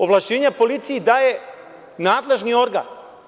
Ovlašćenja policiji daje nadležni organ.